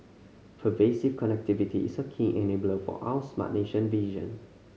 pervasive connectivity is a key enabler for our smart nation vision